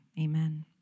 Amen